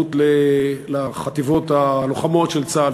ההתנדבות לחטיבות הלוחמות של צה"ל,